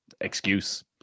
excuse